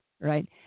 right